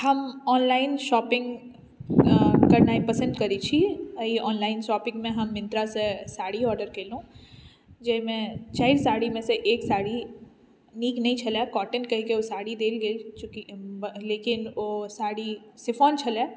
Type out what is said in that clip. हम online shopping करनाइ पसन्द करै छी एहि ऑनलाइन शॉपिंगमे हम मिन्त्रासे साड़ी ऑर्डर केलहुँ जाहिमे चारि साड़ीमे से एक साड़ी नीक नहि छलै कॉटन कहिके ओ साड़ी देल गेल चूँकि लेकिन ओ साड़ी शिफोन छलै